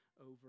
over